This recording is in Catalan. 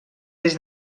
des